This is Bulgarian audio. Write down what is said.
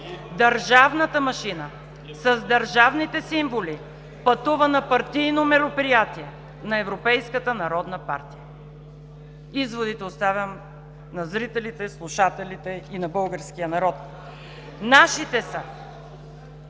Държавната машина с държавните символи пътува на партийно мероприятие на Европейската народна партия. Изводите оставям на зрителите, слушателите и на българския народ. Нашите са: